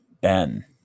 Ben